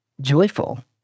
joyful